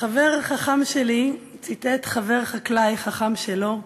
חבר חכם שלי ציטט חבר חקלאי חכם שלו שאמר: